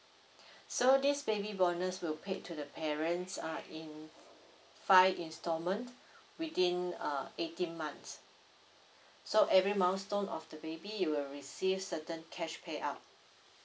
so this baby bonus will paid to the parents uh in five installment within uh eighteen months so every milestone of the baby you will receive certain cash pay out